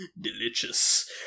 Delicious